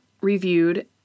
reviewed